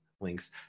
links